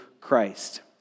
Christ